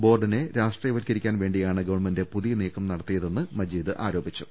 ബോർഡിനെ രാഷ്ട്രീയവൽക്കരിക്കാൻ വേണ്ടിയാണ് ഗവൺമെന്റ് പുതിയ നീക്കം നടത്തിയതെന്ന് മജീദ് ആരോപിച്ചു